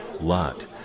lot